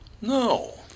No